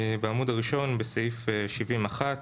בעמוד הראשון בסעיף 70(1),